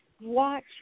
watch